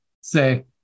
say